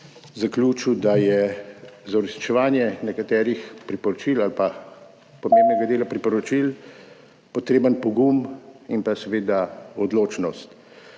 zaključil, da je za uresničevanje nekaterih priporočil ali pa pomembnega dela priporočil potreben pogum in seveda odločnost,